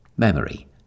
memory